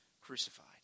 crucified